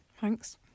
Thanks